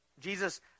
Jesus